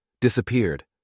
Disappeared